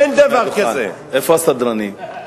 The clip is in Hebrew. איפה הסדרנים?